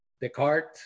Descartes